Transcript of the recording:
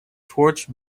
torch